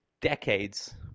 decades